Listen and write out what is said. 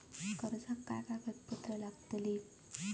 कर्जाक काय कागदपत्र लागतली?